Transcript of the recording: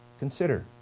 Consider